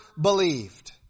believed